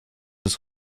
ist